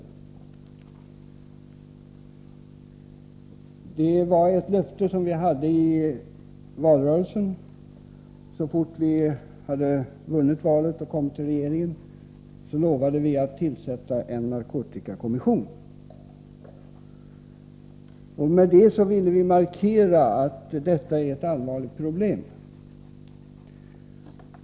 Vi uppfyllde därmed ett löfte som vi hade ställt i valrörelsen. Så snart vi hade vunnit valet och den nya regeringen hade tillsatts uttalade vi att en narkotikakommission skulle inrättas. Med detta ville vi markera att narkotika är ett allvarligt problem.